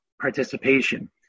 participation